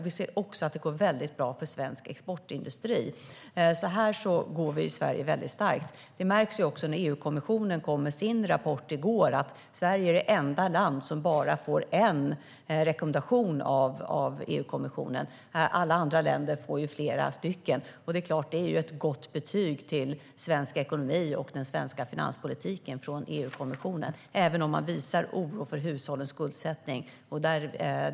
Vi ser också att det går väldigt bra för svensk exportindustri. Sverige går oerhört starkt. Det märktes när EU-kommissionen kom med sin rapport i går. Sverige är det enda landet som bara får en enda rekommendation av EU-kommissionen. Alla andra länder får flera stycken. Det är klart att det är ett gott betyg till svensk ekonomi och den svenska finanspolitiken från EU-kommissionen, även om man visar oro för hushållens skuldsättning.